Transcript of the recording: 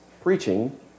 preaching